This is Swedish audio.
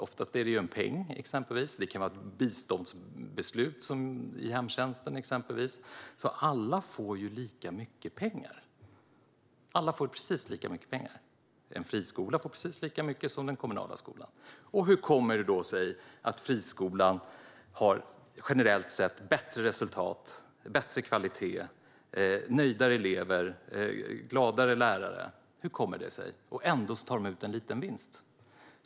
Oftast är det en peng, men det kan också handla om ett biståndsbeslut, som till exempel i hemtjänsten. Men alla får precis lika mycket pengar. En friskola får precis lika mycket som en kommunal skola. Hur kommer det sig då att friskolan generellt sett har bättre resultat, bättre kvalitet, nöjdare elever och gladare lärare? Ändå tar de ut en liten vinst.